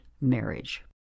marriage